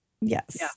Yes